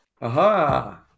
Aha